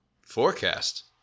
Forecast